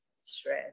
stress